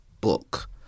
book